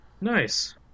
nice